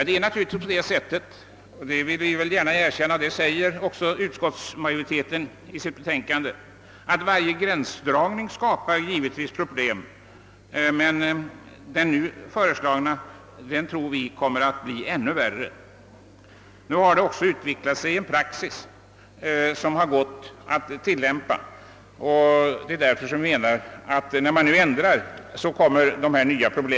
Det är naturligtvis så — vi vill gärna erkänna detta, och det medger också utskottsmajoriteten i betänkandet — att varje gränsdragning givetvis skapar problem, men den nu föreslagna tror vi kommer att bli ännu värre i detta avseende. Nu har det också utvecklat sig en viss praxis som har gått att tillämpa. Vi menar att man genom att nu ändra bestämmelserna bara kommer att skapa nya problem.